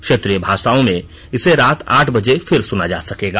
क्षेत्रीय भाषाओं में इसे रात आठ बजे फिर सुना जा सकेगा